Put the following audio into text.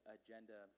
agenda